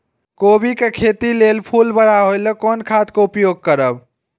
कोबी के खेती लेल फुल बड़ा होय ल कोन खाद के उपयोग करब?